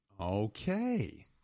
Okay